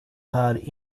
här